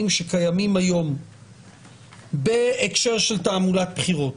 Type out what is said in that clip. שקיימים היום בהקשר של תעמולת בחירות,